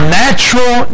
natural